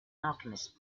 alchemist